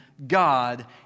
God